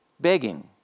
begging